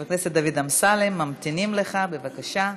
חבר הכנסת דוד אמסלם, ממתינים לך, בבקשה.